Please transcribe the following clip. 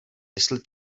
jestli